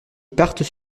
partent